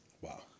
Wow